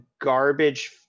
garbage